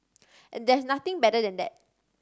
and there's nothing better than that